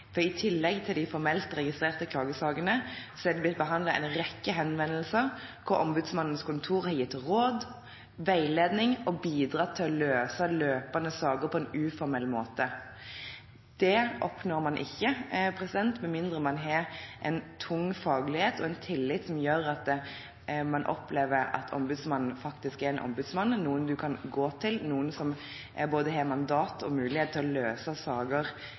For i tillegg til de formelt registrerte klagesakene er det blitt behandlet en rekke henvendelser hvor Ombudsmannens kontor har gitt råd, veiledning og bidratt til å løse løpende saker på en uformell måte. Det oppnår man ikke med mindre man har en tung faglighet og en tillit som gjør at man opplever at Ombudsmannen faktisk er en ombudsmann, noen man kan gå til, noen som har både mandat og mulighet til å løse saker